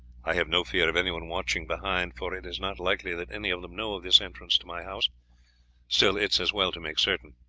i have no fear of anyone watching behind, for it is not likely that any of them know of this entrance to my house still, it is as well to make certain.